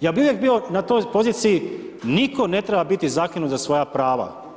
ja bi uvijek bio na toj poziciji nitko ne treba biti zakinut za svoja prava.